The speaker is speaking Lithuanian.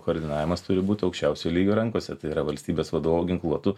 koordinavimas turi būt aukščiausio lygio rankose tai yra valstybės vadovo ginkluotų